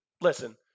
Listen